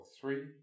three